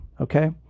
okay